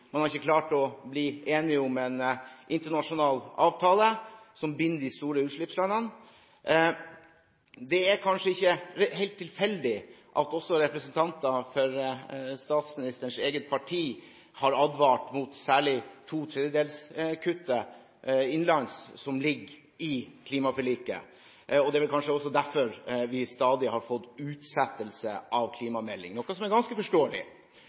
Man har ikke klart å bli enig om en internasjonal avtale som binder de store utslippslandene. Det er kanskje ikke helt tilfeldig at også representanter fra statsministerens eget parti særlig har advart mot to tredjedelskuttet innenlands, som ligger i klimaforliket. Det er vel kanskje derfor vi stadig har fått en utsettelse av klimameldingen, noe som er ganske forståelig.